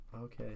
Okay